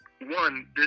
one